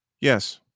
yes